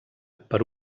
per